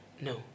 No